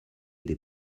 des